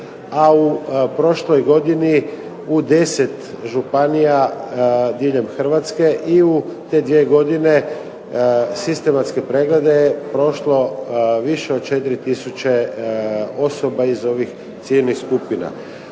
a u prošloj godini u 10 županija diljem Hrvatske i u te dvije godine sistematske preglede je prošlo više od 4 tisuće osoba iz ovih ciljnih skupina.